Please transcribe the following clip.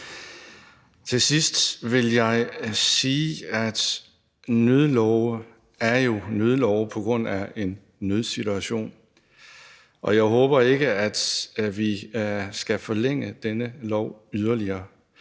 Til sidst vil jeg sige, at nødlove jo er nødlove på grund af en nødsituation. Og jeg håber ikke, at vi skal forlænge denne lov yderligere,